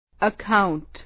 Account